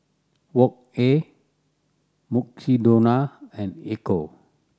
Wok Hey Mukshidonna and Ecco